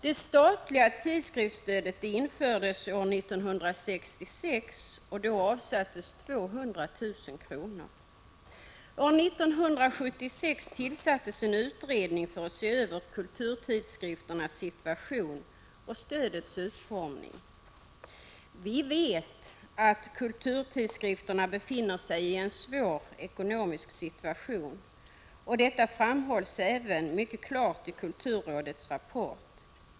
Det statliga tidskriftsstödet infördes år 1966, och då avsattes 200 000 kr.År 1976 tillsattes en utredning för att se över kulturtidskrifternas situation och stödets utformning. Vi vet att kulturtidskrifterna befinner sig i en svår ekonomisk situation, och detta framhålls även mycket klart i kulturrådets rapport.